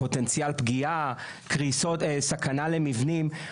פוטנציאל פגיעה, סכנה למבנים.